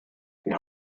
die